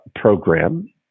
program